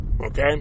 Okay